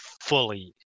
fully